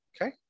Okay